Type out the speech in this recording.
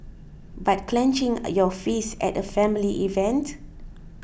but clenching your fists at a family event